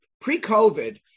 pre-COVID